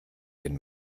den